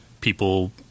people